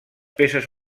peces